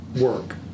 work